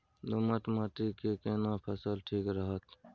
दोमट माटी मे केना फसल ठीक रहत?